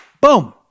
boom